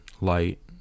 light